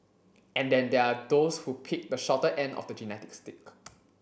and then there are those who picked the shorter end of the genetic stick